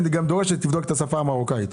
אני גם דורש שתבדוק את השפה המרוקאית.